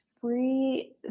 free